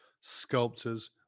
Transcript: sculptors